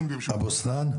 אבו סנאן.